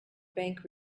bank